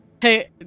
Hey-